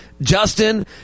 Justin